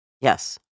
Yes